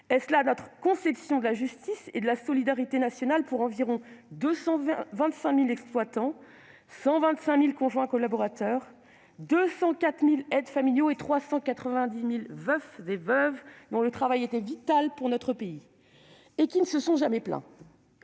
Est-ce là notre conception de la justice et de la solidarité nationale pour les quelque 225 000 exploitants, 125 000 conjoints collaborateurs, 204 000 aides familiaux et 390 000 veufs et veuves, dont le travail était vital pour notre pays et qui ne se sont jamais plaints ?